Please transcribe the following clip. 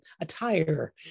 attire